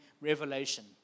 revelation